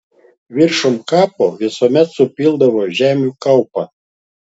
viršum kapo visuomet supildavo žemių kaupą